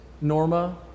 Norma